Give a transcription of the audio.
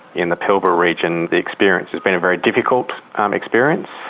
in the pilbara region the experience has been a very difficult um experience.